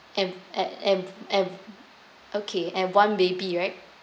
and at and and okay and one baby right